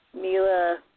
Mila